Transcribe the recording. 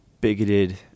bigoted